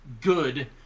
good